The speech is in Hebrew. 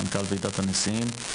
מנכ"ל ועידת הנשיאים.